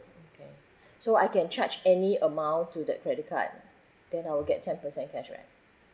okay so I can charge any amount to that credit card then I'll get ten percent cashback